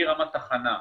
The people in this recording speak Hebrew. מרמת ההכנה,